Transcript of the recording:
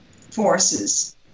forces